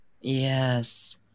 Yes